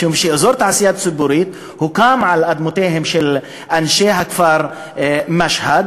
משום שאזור תעשייה ציפורית הוקם על אדמותיהם של אנשי הכפר משהד,